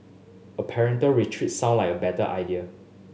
a parental retreat sounded like a better idea